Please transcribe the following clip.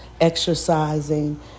exercising